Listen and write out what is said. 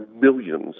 millions